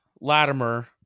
Latimer